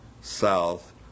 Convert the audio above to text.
south